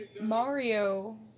Mario